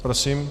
Prosím.